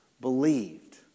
believed